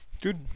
Dude